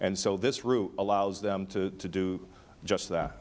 and so this route allows them to do just that